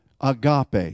Agape